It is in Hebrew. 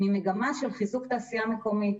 של חיזוק תעשייה מקומית.